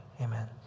Amen